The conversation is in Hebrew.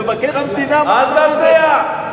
מבקר המדינה, אל תפריע.